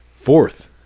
Fourth